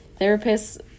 therapists